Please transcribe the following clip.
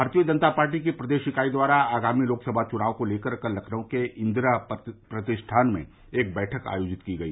भारतीय जनता पार्टी की प्रदेश इकाई द्वारा आगामी लोकसभा चुनाव को लेकर कल लखनऊ के इंदिरा प्रतिष्ठान में एक बैठक आयोजित की गई